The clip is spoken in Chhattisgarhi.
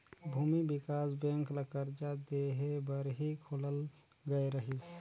भूमि बिकास बेंक ल करजा देहे बर ही खोलल गये रहीस